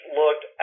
looked